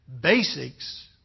basics